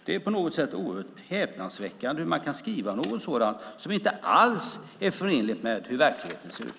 Det är på något sätt oerhört häpnadsväckande hur man kan skriva något sådant som inte alls är förenligt med hur verkligheten ser ut.